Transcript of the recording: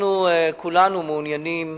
אנחנו כולנו מעוניינים